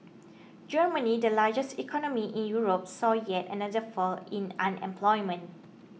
Germany the largest economy in Europe saw yet another fall in unemployment